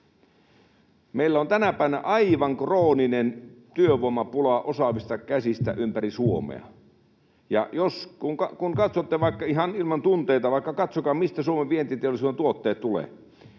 Meillä on tänä päivänä aivan krooninen työvoimapula osaavista käsistä ympäri Suomea. Kun katsotte vaikka ihan ilman tunteita, mistä Suomen vientiteollisuuden tuotteet tulevat,